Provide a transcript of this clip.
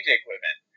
equipment